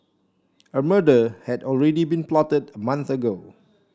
a murder had already been plotted a month ago